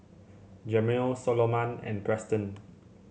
Jamel Soloman and Preston